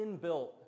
inbuilt